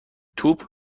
توپ